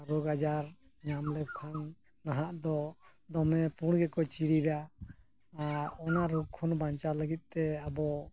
ᱨᱳᱜᱽ ᱟᱡᱟᱨ ᱧᱟᱢ ᱞᱮᱠᱚ ᱠᱷᱟᱱ ᱱᱟᱦᱟᱜ ᱫᱚ ᱫᱚᱢᱮ ᱯᱩᱬ ᱜᱮᱠᱚ ᱪᱤᱨᱤᱲᱟ ᱟᱨ ᱚᱱᱟ ᱨᱳᱜᱽ ᱠᱷᱚᱱ ᱵᱟᱧᱪᱟᱣ ᱞᱟᱹᱜᱤᱫ ᱛᱮ ᱟᱵᱚ